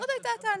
זו הייתה הטענה.